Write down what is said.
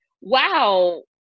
wow